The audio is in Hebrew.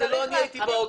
זה לא אני הייתי באוטו,